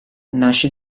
nasce